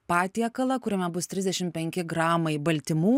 patiekalą kuriame bus trisdešim penki gramai baltymų